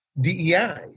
DEI